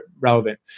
relevant